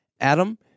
Adam